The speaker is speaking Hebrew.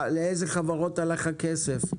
לאיזה חברות הלך הכסף,